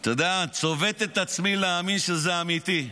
אתה יודע, אני צובט את עצמי כדי להאמין שזה אמיתי.